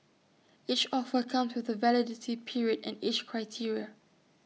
each offer comes with A validity period and age criteria